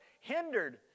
hindered